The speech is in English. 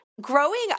growing